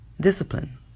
Discipline